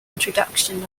introduction